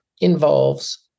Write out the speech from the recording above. involves